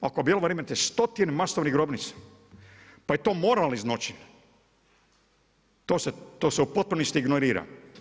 A u Bjelovaru imate stotine masovnih grobnica pa je to moralni zločin, to se u potpunosti ignorira.